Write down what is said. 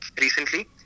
recently